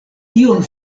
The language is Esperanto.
kion